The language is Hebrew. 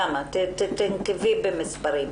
תנקבי במספרים.